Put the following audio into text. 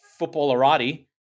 footballerati